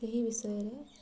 ସେହି ବିଷୟରେ